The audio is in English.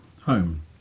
home